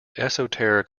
esoteric